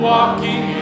Walking